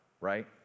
right